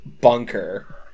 bunker